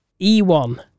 E1